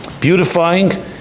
beautifying